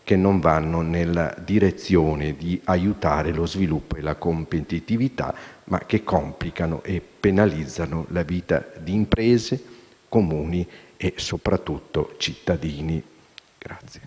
che non vanno nella direzione di aiutare lo sviluppo e la competitività, ma che complicano e penalizzano la vita di imprese, Comuni e soprattutto i cittadini.